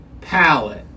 palette